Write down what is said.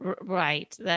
Right